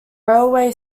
railway